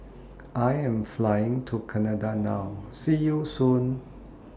I Am Flying to Canada now See YOU Soon